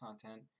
content